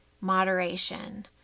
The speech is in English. moderation